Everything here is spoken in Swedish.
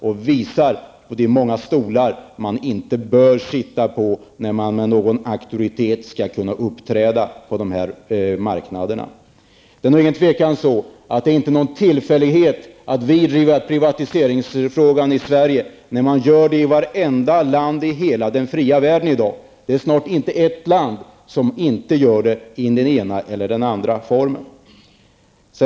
Det visar att man inte bör sitta på många stolar om man skall kunna uppträda med någon auktoritet på de här marknaderna. Det råder nog inget tvivel om att det inte är någon tillfällighet att vi driver privatiseringsfrågan i Sverige när man gör det i vart enda land i hela den fria världen i dag. Det finns snart inte ett land som inte gör det i den ena eller den andra formen.